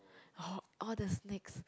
all~ all the snacks